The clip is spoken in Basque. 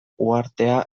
uhartea